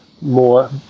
more